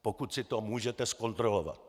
Pokud si to můžete zkontrolovat.